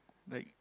like